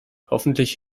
hoffentlich